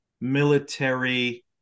military